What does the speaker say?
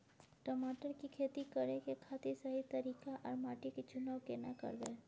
टमाटर की खेती करै के खातिर सही तरीका आर माटी के चुनाव केना करबै?